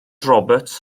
roberts